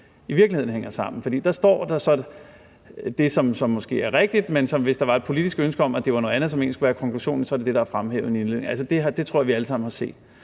i virkeligheden hænger sammen. For der står så det, som måske er rigtigt. Men hvis der har været et politisk ønske om, at det skulle være noget andet, som egentlig skulle være konklusionen, så er det det, der er fremhævet i indledningen. Det tror jeg vi alle sammen har set.